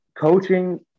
coaching